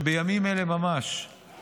אני יכול לומר לך שבימים אלה ממש הוספו